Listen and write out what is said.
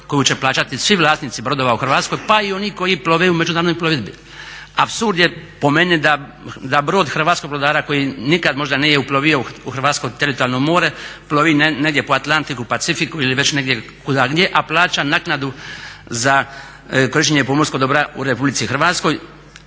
koju će plaćati svi vlasnici brodova u Hrvatskoj pa i oni koji plove u međunarodnoj plovidbi. Apsurd je po meni da brod hrvatskog brodara koji nikad možda nije uplovio u hrvatsko teritorijalno more plovi negdje po Atlantiku, Pacifiku ili već negdje kuda je a plaća naknadu za korištenje pomorskog dobra u RH, a takva